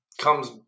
comes